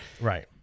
Right